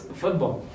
football